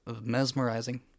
mesmerizing